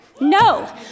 No